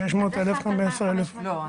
לא,